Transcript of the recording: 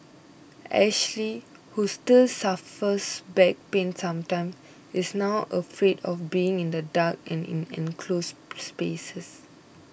Ashley who still suffers back pains sometimes is now afraid of being in the dark and in enclosed spaces